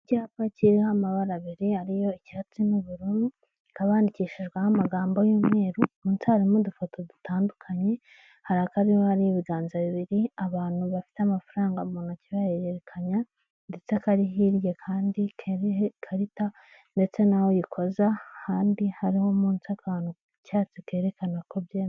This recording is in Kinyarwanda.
Icyapa kiriho amabara abiri ariyo icyatsi n'ubururu, hakaba handikishijweho amagambo y'umweru, munsi haririmo udufoto dutandukanye hari akariho ibiganza bibiri abantu bafite amafaranga mu ntoki bayaherekanya, ndetse akari hirya kandi kariho ikarita ndetse n'aho bayikoza kandi hariho munsi akantu k'icyatsi kerekana ko byemeye.